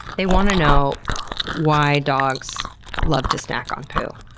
they want to know why dogs love to snack on poo.